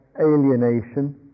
alienation